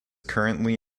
currently